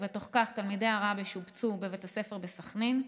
ובתוך כך תלמידי עראבה שובצו בבית הספר בסח'נין.